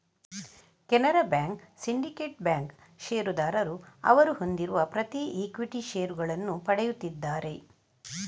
Canara bank, syndicate bank ಷೇರುದಾರರು ಅವರು ಹೊಂದಿರುವ ಪ್ರತಿ ಈಕ್ವಿಟಿ ಷೇರುಗಳನ್ನು ಪಡೆಯುತ್ತಿದ್ದಾರೆ